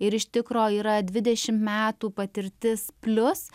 ir iš tikro yra dvidešim metų patirtis plius